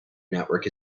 network